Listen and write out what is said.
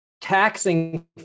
taxing